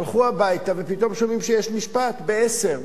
הלכו הביתה, ופתאום שומעים שיש משפט ב-10:00.